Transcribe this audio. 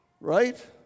right